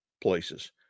places